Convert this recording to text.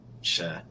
Sure